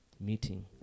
meeting